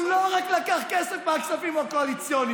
הוא לא רק לקח כסף מהכספים הקואליציוניים.